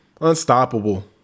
unstoppable